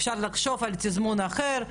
אפשר לחשוב על תזמון אחר,